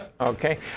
okay